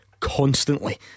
Constantly